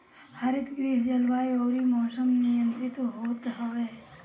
हरितगृह जलवायु अउरी मौसम नियंत्रित होत हवे